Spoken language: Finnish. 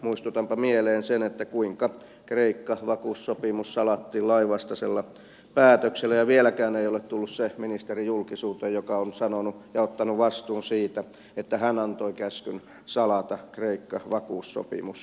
muistutanpa mieleen sen kuinka kreikka vakuussopimus salattiin lainvastaisella päätöksellä ja vieläkään ei ole tullut se ministeri julkisuuteen joka on ottanut vastuun siitä että hän antoi käskyn salata kreikka vakuussopimus